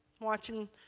watching